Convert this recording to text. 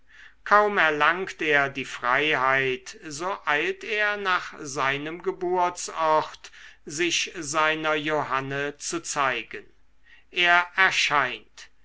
kaum erlangt er die freiheit so eilt er nach seinem geburtsort sich seiner johanne zu zeigen er erscheint